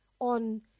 on